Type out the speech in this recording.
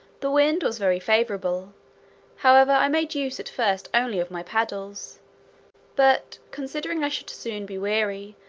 the wind was very favourable however, i made use at first only of my paddles but considering i should soon be weary,